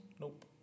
Nope